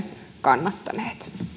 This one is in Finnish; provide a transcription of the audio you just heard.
kannattaneet